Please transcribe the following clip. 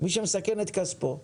מי שמסכן את כספו ואומר,